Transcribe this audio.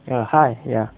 ya hi ya